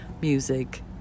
music